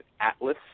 Atlas